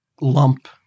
lump